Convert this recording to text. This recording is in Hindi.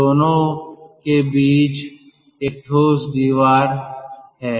दोनों के बीच एक ठोस दीवार है